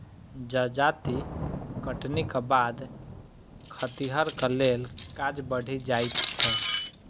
जजाति कटनीक बाद खतिहरक लेल काज बढ़ि जाइत छै